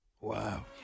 Wow